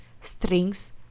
Strings